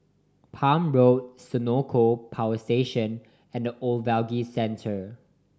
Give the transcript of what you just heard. Palm Road Senoko Power Station and The Ogilvy Centre